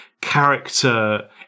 character